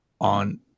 on